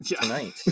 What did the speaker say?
tonight